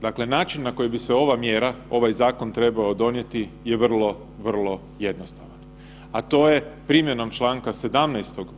Dakle, način na koji bi se ova mjera, ovaj zakon trebao donijeti je vrlo, vrlo jednostavan, a to je primjenom čl. 17.